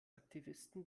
aktivisten